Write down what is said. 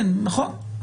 נכון,